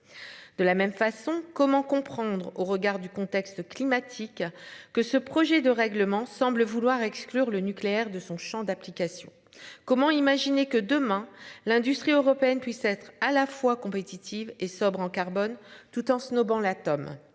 De la même façon, comment comprendre au regard du contexte climatique que ce projet de règlement semble vouloir exclure le nucléaire de son Champ d'application. Comment imaginer que demain l'industrie européenne puisse être à la fois compétitive et sobre en carbone, tout en snobant l'atome.